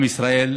עם ישראל